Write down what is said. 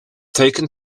taken